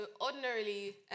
ordinarily